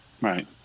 Right